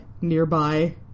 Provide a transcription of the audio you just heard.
nearby